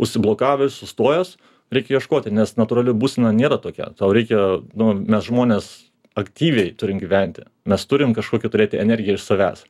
užsiblokavęs sustojęs reik ieškoti nes natūrali būsena nėra tokia tau reikia nu mes žmonės aktyviai turim gyventi mes turim kažkokią turėti energiją iš savęs